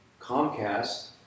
Comcast